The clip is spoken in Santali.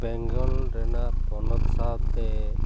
ᱵᱮᱝᱜᱚᱞ ᱨᱮᱱᱟᱜ ᱯᱚᱱᱚᱛ ᱥᱟᱶᱛᱮ